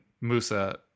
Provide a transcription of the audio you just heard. Musa